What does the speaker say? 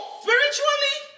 spiritually